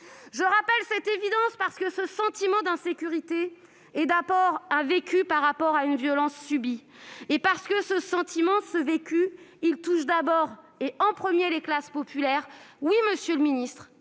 Je rappelle cette évidence, parce que ce sentiment d'insécurité est d'abord un vécu lié à une violence subie et parce que ce sentiment, ce vécu, touche en premier lieu les classes populaires. Oui, monsieur le ministre,